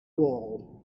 wall